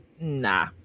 nah